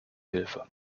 hilfe